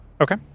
Okay